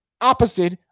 opposite